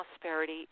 Prosperity